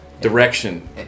direction